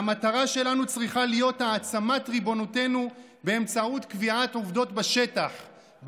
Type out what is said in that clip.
והמטרה שלנו צריכה להיות העצמת ריבונותנו באמצעות קביעת עובדות בשטח,